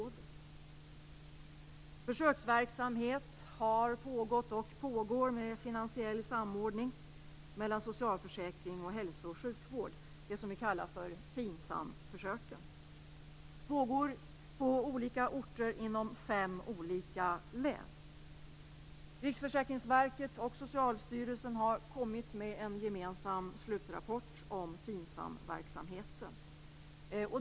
Försöksverksamhet med finansiell samordning mellan socialförsäkring och hälso och sjukvård har pågått och pågår, det som vi kallar för FINSAM försöken. De pågår på olika orter inom fem län. Riksförsäkringsverket och Socialstyrelsen har kommit med en gemensam slutrapport om FINSAM verksamheten.